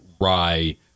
rye